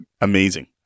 amazing